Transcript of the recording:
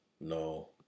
no